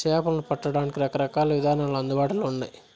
చేపలను పట్టడానికి రకరకాల ఇదానాలు అందుబాటులో ఉన్నయి